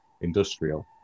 industrial